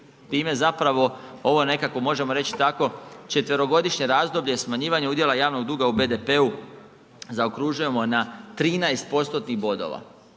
time zapravo ovo nekako možemo reći tako četverogodišnje razdoblje smanjivanja udjela javnog duga u BDP-u zaokružujemo na 13 postotnih